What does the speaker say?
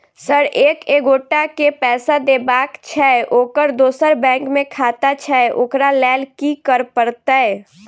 Sir एक एगोटा केँ पैसा देबाक छैय ओकर दोसर बैंक मे खाता छैय ओकरा लैल की करपरतैय?